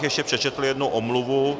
Ještě bych přečetl jednu omluvu.